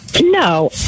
no